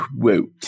quote